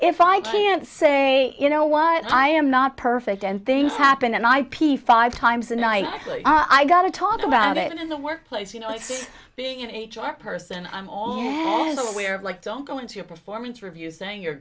can't say you know what i am not perfect and things happen and i p five times a night actually i got to talk about it in the workplace you know being an h r person is aware of like don't go into your performance review saying